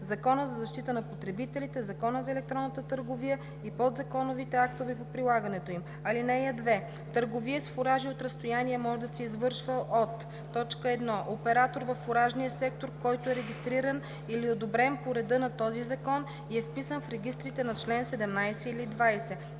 Закона за защита на потребителите, Закона за електронната търговия и подзаконовите актове по прилагането им. (2) Търговия с фуражи от разстояние може да се извършва от: 1. оператор във фуражния сектор, който е регистриран или одобрен по реда на този закон и е вписан в регистрите по чл. 17 или 20;